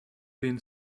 been